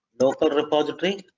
local repository